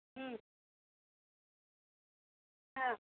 ہاں